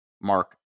Mark